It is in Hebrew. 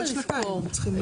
כל שנתיים הם צריכים.